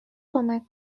کمک